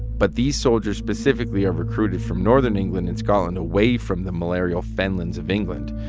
but these soldiers specifically are recruited from northern england and scotland, away from the malarial fenlands of england.